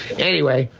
anyway.